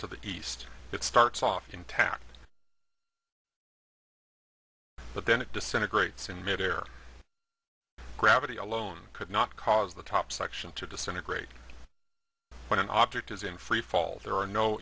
to the east it starts off intact but then it disintegrates in midair gravity alone could not cause the top section to disintegrate when an object is in freefall there are no